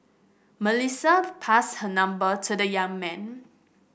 Melissa passed her number to the young man